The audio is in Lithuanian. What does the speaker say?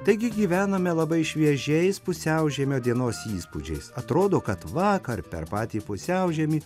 taigi gyvename labai šviežiais pusiaužiemio dienos įspūdžiais atrodo kad vakar per patį pusiaužiemį